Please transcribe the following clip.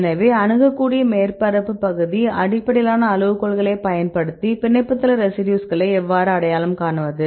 எனவே அணுகக்கூடிய மேற்பரப்பு பகுதி அடிப்படையிலான அளவுகோல்களைப் பயன்படுத்தி பிணைப்புதள ரெசிடியூஸ்களை எவ்வாறு அடையாளம் காண்பது